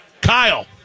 Kyle